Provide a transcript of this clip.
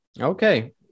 okay